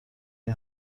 این